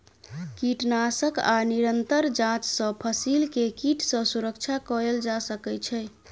कीटनाशक आ निरंतर जांच सॅ फसिल के कीट सॅ सुरक्षा कयल जा सकै छै